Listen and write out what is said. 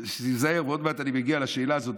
ועוד מעט אני מגיע לשאלה הזאת,